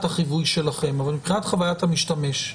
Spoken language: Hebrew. החיווי שלכם אלא מבחינת חוויית המשתמש.